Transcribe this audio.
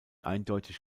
eindeutig